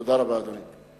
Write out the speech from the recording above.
תודה רבה, אדוני.